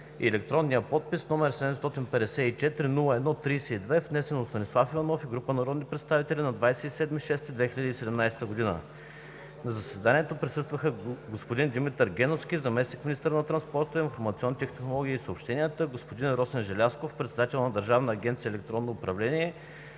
и електронния подпис, № 754-01-32, внесен от Станислав Иванов и група народни представители на 27 юни 2017 г. На заседанието присъстваха: господин Димитър Геновски – заместник-министър на транспорта, информационните технологии и съобщенията; господин Росен Желязков – председател на Държавна агенция „Електронно управление“;